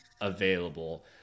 available